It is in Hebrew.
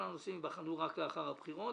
כל הנושאים ייבחנו רק לאחר הבחירות,